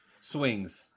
swings